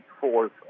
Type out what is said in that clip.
fourth